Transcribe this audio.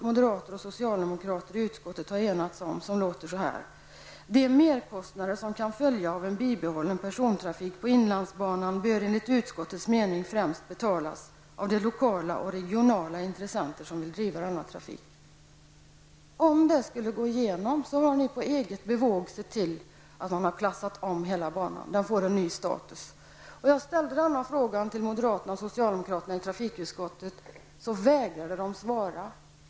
Moderater och socialdemokrater i trafikutskottet har enats om bl.a. följande: ''De merkostnader som kan följa av en bibehållen persontrafik på inlandsbanan bör enligt utskottets mening främst betalas av de lokala och regionala intressenter som vill driva denna trafik.'' Om detta skulle gå igenom så har ni på eget bevåg sett till att man har klassat om hela banan och gett den en ny status. Jag ställde en fråga om detta till moderater och socialdemokrater i trafikutskottet, men de vägrade att svara.